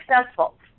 successful